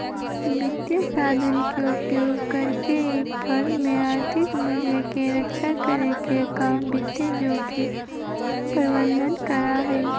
वित्तीय साधन के उपयोग करके एक फर्म में आर्थिक मूल्य के रक्षा करे के काम वित्तीय जोखिम प्रबंधन करा हई